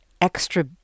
extra